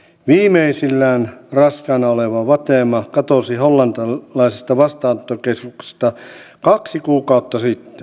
viimeisillään raskaana oleva fatema katosi hollantilaisesta vastaanottokeskuksesta kaksi kuukautta sitten